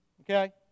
Okay